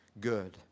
good